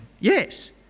Yes